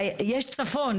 יש צפון,